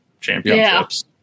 championships